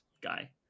guy